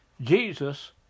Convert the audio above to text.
Jesus